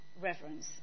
reverence